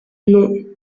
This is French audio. non